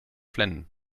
flennen